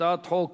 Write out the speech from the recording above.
הצעת חוק